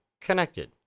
connected